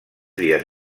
dies